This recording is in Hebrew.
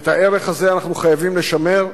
ואת הערך הזה אנחנו חייבים לשמר.